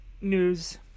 news